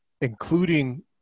including